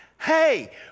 Hey